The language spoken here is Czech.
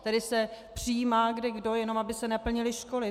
Tady se přijímá kdekdo, jenom aby se naplnily školy.